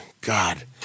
God